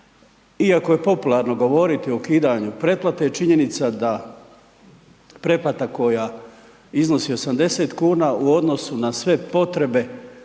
Iako je popularno govoriti o ukidanju pretplate, činjenica da pretplata koja iznosi 80,00 kuna u odnosu na sve potrebe